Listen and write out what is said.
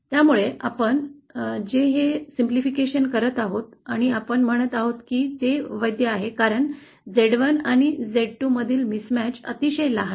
त्यामुळे आपण जे हे सोपे करत आहोत आणि आपण म्हणत आहोत की ते वैध आहे कारण Z1 आणि Z2 मधील mismatch अतिशय लहान आहे